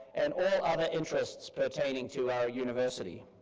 and all other interests pertaining to our university.